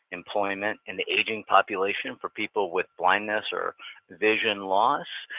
employment, and the aging population for people with blindness or vision loss.